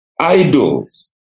idols